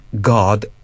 god